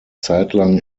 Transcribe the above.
zeitlang